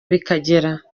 bikagera